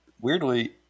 Weirdly